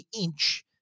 inch